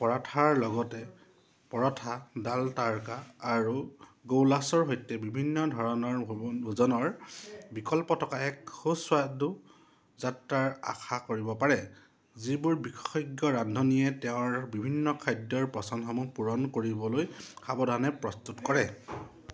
পৰঠাৰ লগতে পৰঠা ডাল টাড়কা আৰু গৌলাছৰ সৈতে বিভিন্ন ধৰণৰ ভোজনৰ বিকল্প থকা এক সুস্বাদু যাত্ৰাৰ আশা কৰিব পাৰে যিবোৰ বিশেষজ্ঞ ৰান্ধনীয়ে তেওঁৰ বিভিন্ন খাদ্যৰ পচন্দসমূহ পূৰণ কৰিবলৈ সাৱধানে প্ৰস্তুত কৰে